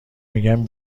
میگم